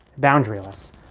boundaryless